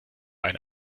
eine